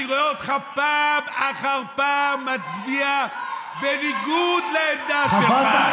אני רואה אותך פעם אחר פעם מצביע בניגוד לעמדה שלך.